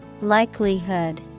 Likelihood